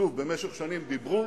שוב, במשך שנים דיברו,